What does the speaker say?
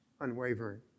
unwavering